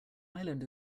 island